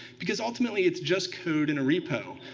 because ultimately, it's just code in a repo.